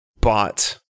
But-